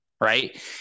Right